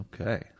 okay